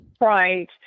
Right